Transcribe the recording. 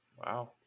Wow